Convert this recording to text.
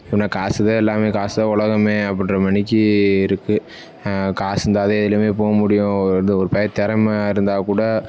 இப்போ என்ன காசு தான் எல்லாமே காசு தான் உலகமே அப்படின்ற மேனிக்கி இருக்குது காசு இருந்தால் தான் எதிலியுமே போகமுடியும் இது ஒரு பைய திறம இருந்தாக் கூட